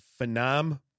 Phnom